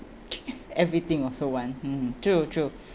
everything also want hmm true true